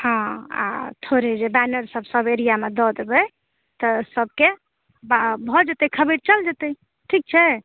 आ थोड़े जे बैनरसभ सभ एरियामे दए देबए तऽ सभके भए जेतए खबरि चलि जेतए ठीक छै